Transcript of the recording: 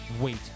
Wait